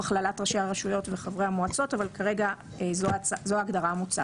כבר השבוע אני מצביע